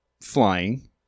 flying